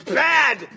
bad